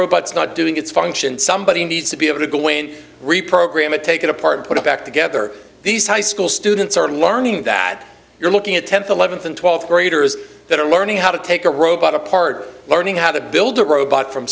robots not doing its function somebody needs to be able to go in reprogram it take it apart and put it back together these high school students are learning that you're looking at tenth eleventh and twelfth graders that are learning how to take a robot apart learning how to build a robot from